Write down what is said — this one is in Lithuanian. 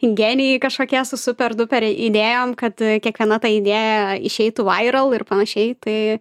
genijai kažkokie su super duper idėjom kad kiekviena ta idėja išeitų vairal ir panašiai tai